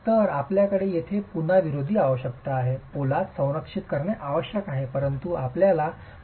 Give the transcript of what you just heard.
तर आपल्याकडे येथे पुन्हा विरोधी आवश्यकता आहे पोलाद संरक्षित करणे आवश्यक आहे परंतु आपल्याला पातळ मोर्टार जोडांची आवश्यकता आहे